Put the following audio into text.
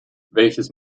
welches